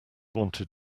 wanted